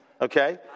okay